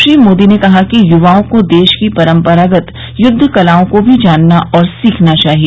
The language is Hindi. श्री मोदी ने कहा कि युवाओं को देश की परम्परागत युद्ध कलाओं को भी जानना और सीखना चाहिए